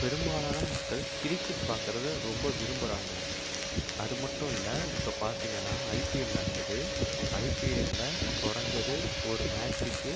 பெரும்பாலான மக்கள் கிரிக்கெட் பார்க்குறத ரொம்ப விரும்புகிறாங்க அதுமட்டும் இல்லை இப்போ பார்த்தீங்கனா ஐபிஎல் நடக்குது ஐபிஎல்லில் கொறைஞ்சது ஒரு மேட்ச்சுக்கு